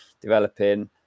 developing